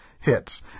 hits